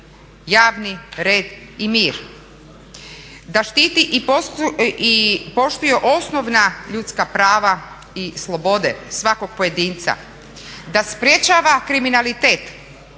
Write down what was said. javni red i mir, da štiti i poštuje osnovna ljudska prava i slobode svakog pojedinca, da sprečava kriminalitet